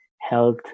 health